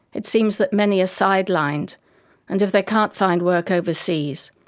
it seems that many are sidelined and, if they can't find work overseas,